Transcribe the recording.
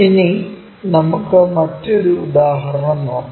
ഇനി നമുക്ക് മറ്റൊരു ഉദാഹരണം നോക്കാം